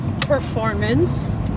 performance